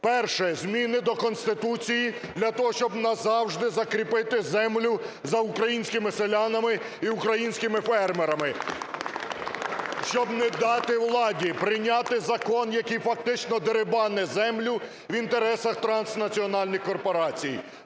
Перше. Зміни до Конституції для того, щоб назавжди закріпити землю за українськими селянами і українськими фермерами! Щоб не дати владі прийняти закон, який фактично дерибанить землю в інтересах транснаціональних корпорацій.